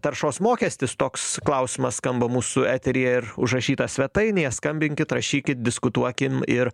taršos mokestis toks klausimas skamba mūsų eteryje ir užrašytas svetainėje skambinkit rašykit diskutuokim ir